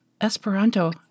Esperanto